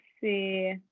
see